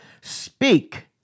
speak